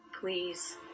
Please